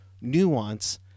nuance